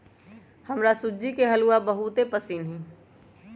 हमरा सूज्ज़ी के हलूआ बहुते पसिन्न हइ